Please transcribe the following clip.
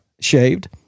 shaved